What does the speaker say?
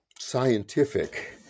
scientific